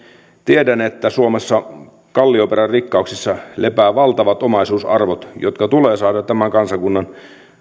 tiedän että suomessa kallioperän rikkauksissa lepäävät valtavat omaisuusarvot jotka tulee saada tämän kansakunnan